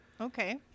Okay